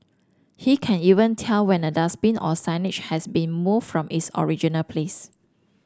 he can even tell when a dustbin or signage has been moved from its original place